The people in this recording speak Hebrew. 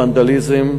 ונדליזם,